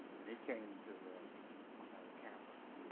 and he came to the campus.